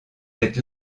êtes